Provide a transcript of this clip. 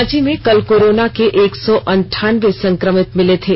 रांची में कल कोरोना के एक सौ अंठानबे संक्रमित मिले थे